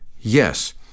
yes